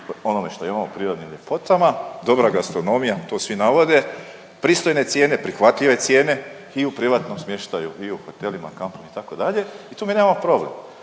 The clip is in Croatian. onome što imamo, u prirodnim ljepotama, dobra gastronomija, to svi navode, pristojne cijene, prihvatljive cijene i u privatnom smještaju, i u hotelima, kampovima, itd. i tu mi nemamo problem.